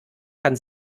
kann